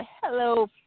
Hello